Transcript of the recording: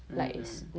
mm